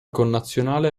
connazionale